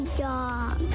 dog